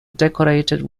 decorated